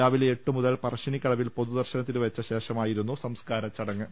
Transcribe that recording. രാവിലെ എട്ടുമുതൽ പറശ്ശിനിക്കടവിൽ പൊതുദർശനത്തിന് വെച്ച ശേഷമായിരുന്നു സംസ്കാരചടങ്ങ്